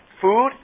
food